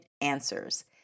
answers